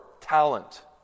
talent